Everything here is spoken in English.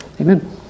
Amen